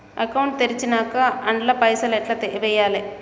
Account తెరిచినాక అండ్ల పైసల్ ఎట్ల వేయాలే?